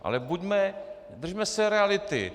Ale buďme držme se reality.